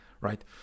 right